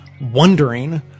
wondering